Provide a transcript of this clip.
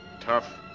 tough